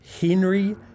Henry